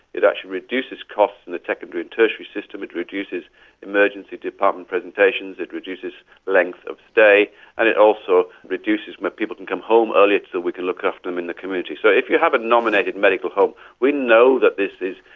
it actually reduces costs in the secondary and tertiary system it reduces emergency department presentations, it reduces length of stay and it also reduces when people can come home earlier so we can look after them in the community. so if you have a nominated medical home we know that this is,